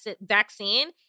vaccine